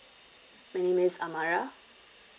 my name is amara